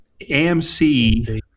AMC